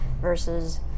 versus